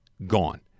gone